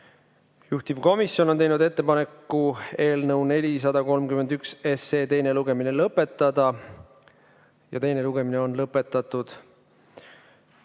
Juhtivkomisjon on teinud ettepaneku eelnõu 431 teine lugemine lõpetada. Teine lugemine on lõpetatud. Määran